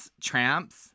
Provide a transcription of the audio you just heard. tramps